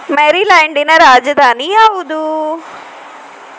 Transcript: ಮೇರಿಲ್ಯಾಂಡಿನ ರಾಜಧಾನಿ ಯಾವುದು